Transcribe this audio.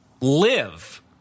live